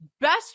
best